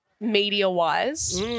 Media-wise